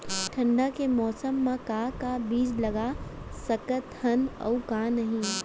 ठंडा के मौसम मा का का बीज लगा सकत हन अऊ का नही?